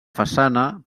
façana